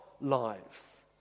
lives